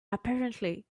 apparently